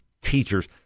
teachers